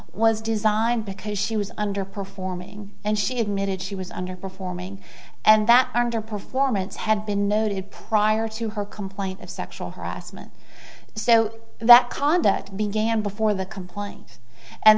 was designed because she was under performing and she admitted she was underperforming and that armed her performance had been noted prior to her complaint of sexual harassment so that conduct began before the complaint and